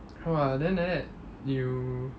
!wah! then like that you